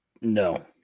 no